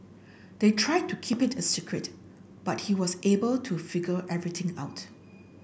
they tried to keep it a secret but he was able to figure everything out